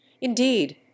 Indeed